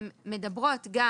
הן מדברות גם